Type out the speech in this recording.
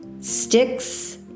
sticks